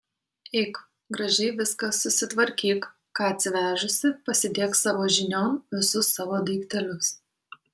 eik gražiai viską susitvarkyk ką atsivežusi pasidėk savo žinion visus savo daiktelius